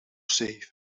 zeven